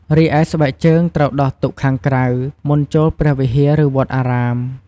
រីឯស្បែកជើងត្រូវដោះទុកខាងក្រៅ មុនចូលព្រះវិហារ ឬវត្តអារាម។